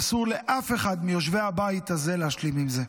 ואסור לאף אחד מיושבי הבית הזה להשלים עם זה.